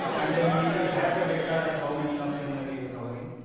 and then we have the data that how many of them may be recovering,